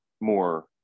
more